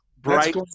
bright